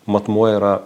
matmuo yra